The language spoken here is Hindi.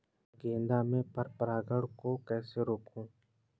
गेंदा में पर परागन को कैसे रोकुं?